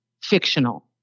fictional